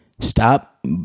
stop